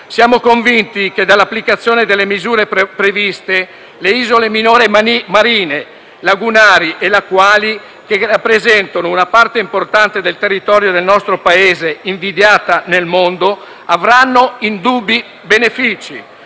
Siamo convinti che dall'applicazione delle misure previste le isole minore marine, lagunari e lacustri, che rappresentano una parte importante del territorio del nostro Paese invidiata nel mondo, avranno indubbi benefici.